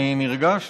אני נרגש.